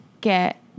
get